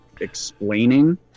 explaining